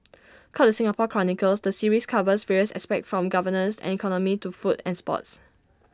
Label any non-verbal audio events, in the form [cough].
[noise] called the Singapore chronicles the series covers various aspects from governance and economy to food and sports